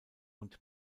und